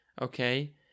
Okay